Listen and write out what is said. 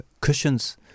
cushions